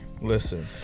Listen